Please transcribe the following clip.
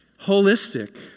Holistic